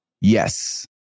Yes